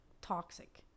toxic